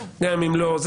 גם אם לא.